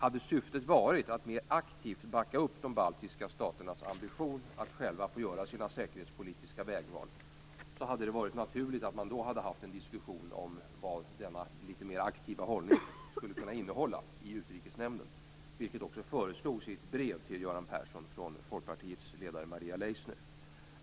Hade syftet varit att mer aktivt backa upp de baltiska staternas ambition att själva få göra sina säkerhetspolitiska vägval, hade det varit naturligt att ha en diskussion i Utrikesnämnden om vad denna litet mera aktiva hållning skulle kunna innehålla, vilket också föreslogs i ett brev till Göran Persson från Folkpartiets ledare Maria Leissner.